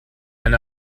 eine